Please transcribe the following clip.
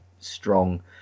strong